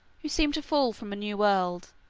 who seemed to fall from a new world,